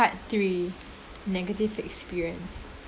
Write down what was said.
part three negative experience